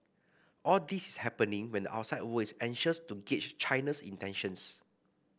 all this is happening when the outside world is anxious to gauge China's intentions